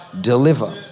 deliver